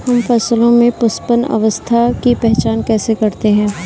हम फसलों में पुष्पन अवस्था की पहचान कैसे करते हैं?